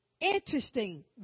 interesting